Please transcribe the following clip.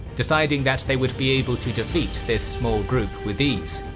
deciding that they would be able to defeat this small group with ease.